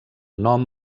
nom